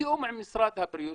בתיאום עם משרד הבריאות